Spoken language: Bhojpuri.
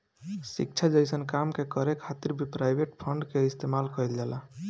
शिक्षा जइसन काम के करे खातिर भी प्राइवेट फंड के इस्तेमाल कईल जाला